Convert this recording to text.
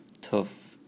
tough